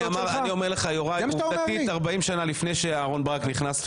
אני אומר לך שעובדתית 40 שנים לפני שאהרן ברק נכנס,